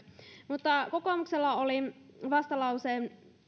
mutta kokoomuksella oli vastalauseen